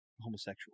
homosexual